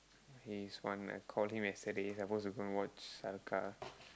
he's one I call him yesterday supposed to go and watch sell car